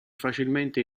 facilmente